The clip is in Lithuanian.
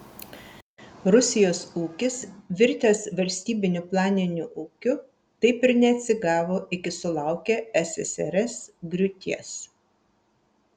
rusijos ūkis virtęs valstybiniu planiniu ūkiu taip ir neatsigavo iki sulaukė ssrs griūties